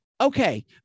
okay